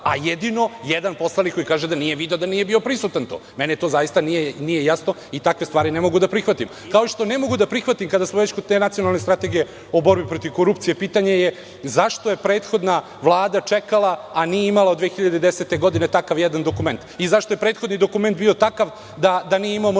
a jedino jedan poslanik koji kaže da nije video, da nije bio prisutan tu. Meni to zaista nije jasno, i takve stvari ne mogu da prihvatim, kao što i ne mogu da prihvatim, kada smo već kod te nacionalne strategije o borbi protiv korupcije, pitanje je – zašto je prethodna Vlada čekala, a nije imala 2010. godine, takav jedan dokument. Zašto je prethodni dokument bio takav, da nije imao monitoring